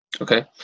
okay